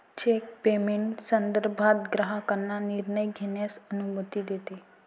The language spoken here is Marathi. चेक पेमेंट संदर्भात ग्राहकांना निर्णय घेण्यास अनुमती देते